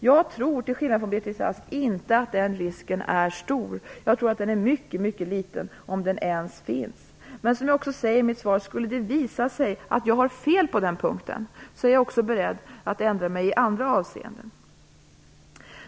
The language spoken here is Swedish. Jag tror inte, till skillnad från Beatrice Ask, att den risken är stor. Jag tror att den risken är mycket liten, om den ens finns. Men om det skulle visa sig, som jag säger i mitt svar, att jag har fel på den punkten är jag också beredd att ändra mig i andra avseenden.